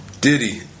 Diddy